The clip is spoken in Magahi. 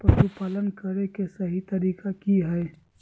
पशुपालन करें के सही तरीका की हय?